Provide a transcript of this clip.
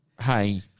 Hey